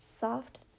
soft